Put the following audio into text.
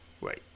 Wait